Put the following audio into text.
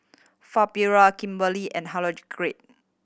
Fabiola Kimberly and Hildegarde